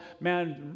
man